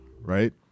right